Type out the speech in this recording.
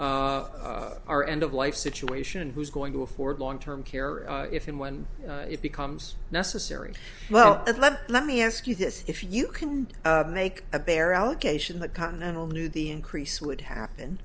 e our end of life situation who's go to afford long term care if and when it becomes necessary well let let let me ask you this if you can make a bare allegation that continental knew the increase would happen